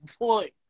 boy